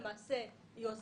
היא נותנת את הדירוג.